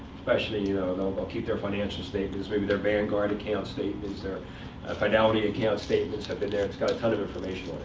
especially you know they'll keep their financial statements, maybe their vanguard account statements, their ah fidelity account statements have been there. it's got a ton of information on it.